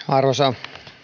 arvoisa